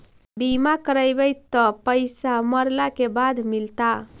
बिमा करैबैय त पैसा मरला के बाद मिलता?